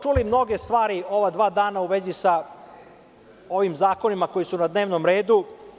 Čuli smo mnoge stvari ova dva dana u vezi sa ovim zakonima koji su na dnevnom redu.